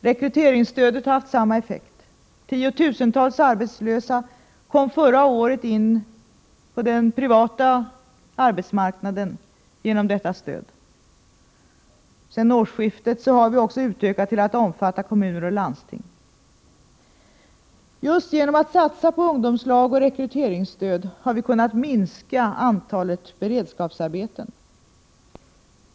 Rekryteringsstödet har haft samma effekt. Tiotusentals arbetslösa kom förra året in på den privata arbetsmarknaden genom detta stöd. Sedan årsskiftet har vi också utökat det till att omfatta kommuner och landsting. Just genom att satsa på ungdomslag och rekryteringsstöd har vi kunnat minska antalet beredskapsarbeten.